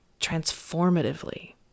transformatively